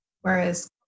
Whereas